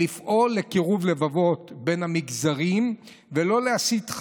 לפעול לקירוב לבבות בין המגזרים ולא להסית,